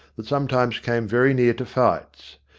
that some times came very near to fights.